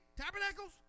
tabernacles